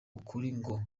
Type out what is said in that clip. ngo